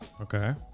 Okay